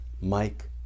Mike